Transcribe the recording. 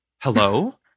hello